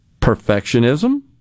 perfectionism